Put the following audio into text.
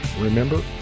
remember